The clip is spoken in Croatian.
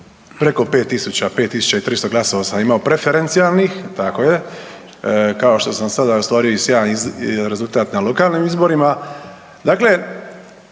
5 tisuća i 300 glasova sam imao preferencijalnih tako je kao što sam sada ostvario i sjajan rezultat na lokalnim izborima.